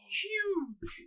huge